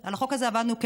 על החוק הזה עבדנו,